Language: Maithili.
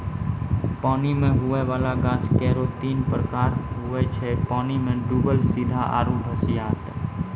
पानी मे हुवै वाला गाछ केरो तीन प्रकार हुवै छै पानी मे डुबल सीधा आरु भसिआइत